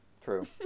True